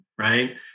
Right